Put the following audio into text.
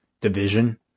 division